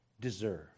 deserve